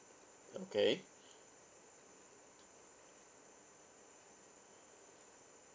okay